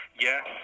yes